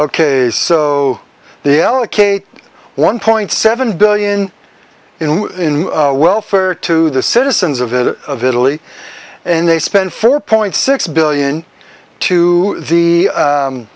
ok so the allocate one point seven billion in welfare to the citizens of the of italy and they spend four point six billion to the